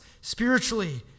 spiritually